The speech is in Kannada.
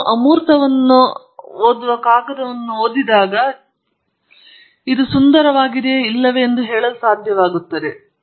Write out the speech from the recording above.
ನೀವು ಅಮೂರ್ತವನ್ನು ಓದುವ ಕಾಗದವನ್ನು ಓದಿದಾಗ ನೀವು ಚಿಕಿತ್ಸೆಯು ಸುಂದರವಾಗಿದೆಯೆ ಅಥವಾ ಇಲ್ಲವೋ ಎಂದು ಹೇಳಲು ಸಾಧ್ಯವಾಗುತ್ತದೆ